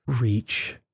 reach